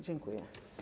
Dziękuję.